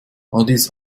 addis